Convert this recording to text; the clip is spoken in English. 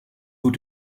who